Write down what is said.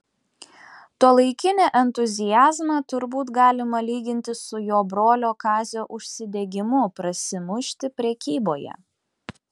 tuolaikinį entuziazmą turbūt galima lyginti su jo brolio kazio užsidegimu prasimušti prekyboje